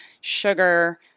sugar